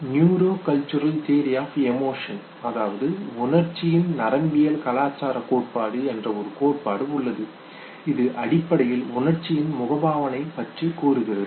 neuro cultural theory of emotion அதாவது உணர்ச்சியின் நரம்பியல் கலாச்சார கோட்பாடு என்று ஒரு கோட்பாடு உள்ளது இது அடிப்படையில் உணர்ச்சியின் முகபாவனை பற்றி கூறுகிறது